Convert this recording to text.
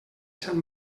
sant